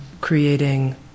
creating